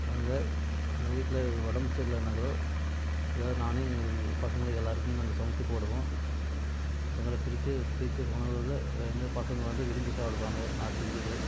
நாங்கள் எங்கள் வீட்டில் உடம்பு சரியில்லைனாலோ ஏதாவது நானே பசங்களுக்கு எல்லோருக்குமே நாங்கள் சமைச்சு போடுவோம் எங்களுக்கு பிடித்த பிடித்த உணவுகளை எங்கள் பசங்க வந்து விரும்பி சாப்பிடுவாங்க நான் செஞ்சது